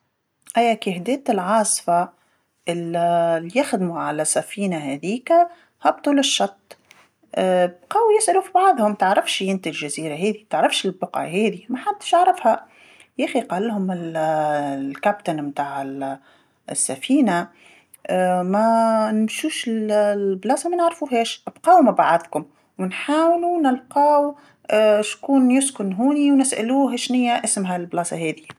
ايا كي هدات العاصفه، ال- اللي يخدمو على السفينه هاذيكا هبطوا للشط. بقاو يسألو في بعضهم، ما تعرفش أنت الجزيرة هادي، ما تعرفش البقعة هادي، ما حدش عرفها، يايخي قاللهم الكابتن متاع السفينة، ما نمشوش ل-لبلاصه ما نعرفوهاش، بقاو مع بعضكم ونحاولو نلقاو شكون يسكن هوني ونسألوه شناي اسمها البلاصه هادي.